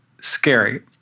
scary